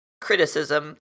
criticism